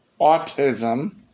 Autism